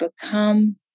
become